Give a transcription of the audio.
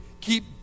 Keep